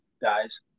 guys